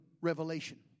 revelation